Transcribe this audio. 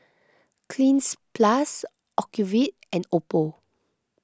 Cleanz Plus Ocuvite and Oppo